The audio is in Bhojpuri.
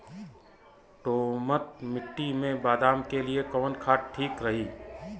दोमट मिट्टी मे बादाम के लिए कवन खाद ठीक रही?